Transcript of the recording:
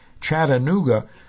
Chattanooga